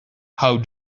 how